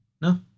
No